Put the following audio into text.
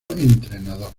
entrenador